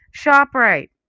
ShopRite